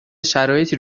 شرایطی